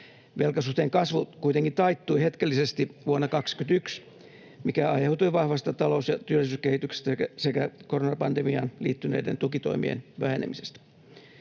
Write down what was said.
Velkasuhteen kasvu kuitenkin taittui hetkellisesti vuonna 21, mikä aiheutui vahvasta talous- ja työllisyyskehityksestä sekä koronapandemiaan liittyneiden tukitoimien vähenemisestä.